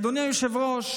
אדוני היושב-ראש,